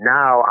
now